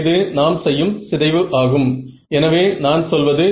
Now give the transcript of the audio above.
இது real part மாதிரி தெரிகிறது என்று நீங்கள் சொல்ல முடியும்